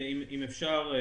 אם אפשר,